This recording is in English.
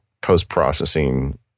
post-processing